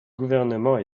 gouvernement